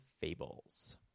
fables